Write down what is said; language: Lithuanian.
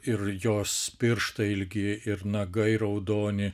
ir jos pirštai ilgi ir nagai raudoni